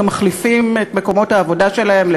שגם מחליפים את מקומות העבודה שלהם,